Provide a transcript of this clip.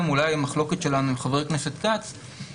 לתועלת הציבור וב-10 מקרים גם נפסקו פיצויים.